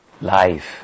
life